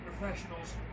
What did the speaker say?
professionals